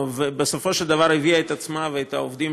ובסופו של דבר הביאה את עצמה ואת העובדים